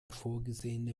vorgesehene